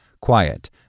Quiet